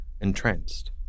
entranced